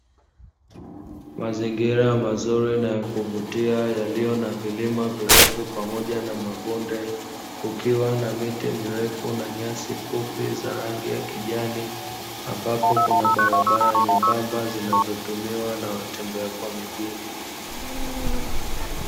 Mazingira mazuri na ya kuvutia yaliyo na vilima virefu pamoja na mabonde, kukiwa na miti mirefu na nyasi fupi za rangi ya kijani ambapo kuna barabara nyembamba zinazotumiwa na watembea kwa miguu.